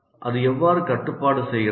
அது எவ்வாறு கட்டுப்பாடு செய்கிறது